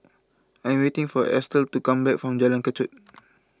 I'm waiting for Estel to come back from Jalan Kechot